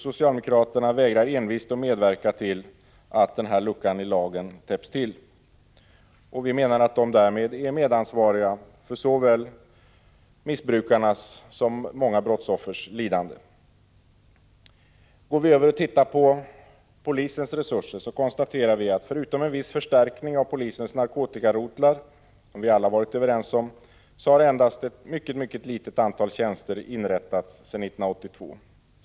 Socialdemokraterna vägrar envist att medverka till att den här luckan i lagen täpps till. Därmed är de medansvariga för såväl narkotikamissbrukarnas som deras brottsoffers lidande. Ser vi så till polisens resurser konstaterar vi att förutom en viss förstärkning av polisens narkotikarotlar, som vi alla har varit överens om, har endast ett mycket litet antal tjänster inrättats sedan 1982.